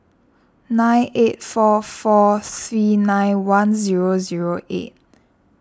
nine eight four four three nine one zero zero eight